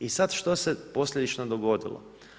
I sada što se posljedično dogodilo?